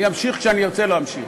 אני אמשיך כשאני ארצה להמשיך.